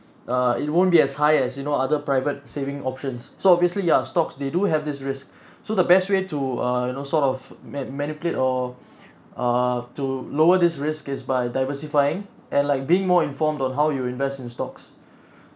uh it won't be as high as you know other private saving options so obviously ya stocks they do have this risk so the best way to uh you know sort of ma~ manipulate or err to lower this risk is by diversifying and like being more informed on how you invest in stocks